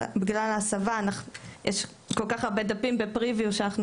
בגלל ההסבה יש כל כך הרבה דפים ב- previewשאנחנו